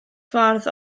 ffordd